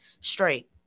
straight